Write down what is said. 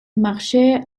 marchait